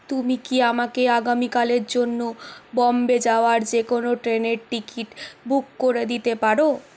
তুমি কি আমাকে আগামীকালের জন্য বম্বে যাওয়ার যেকোনো ট্রেনের টিকিট বুক করে দিতে পার